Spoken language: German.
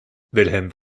wilhelm